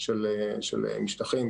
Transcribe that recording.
של משטחים.